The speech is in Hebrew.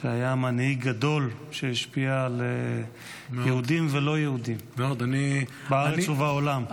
היה מנהיג גדול שהשפיע על יהודים ולא יהודים בארץ ובעולם.